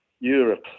Europe